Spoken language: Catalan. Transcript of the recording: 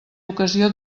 ocasió